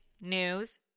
news